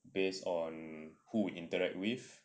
based on who you interact with